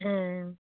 ᱦᱩᱸᱻ